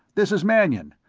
this is mannion.